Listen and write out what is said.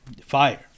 Fire